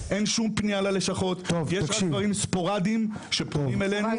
פניה ללשכות; יש רק דברים ספורדיים --- אנחנו יושבים לא רק איתך,